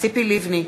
ציפי לבני,